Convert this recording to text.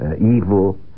evil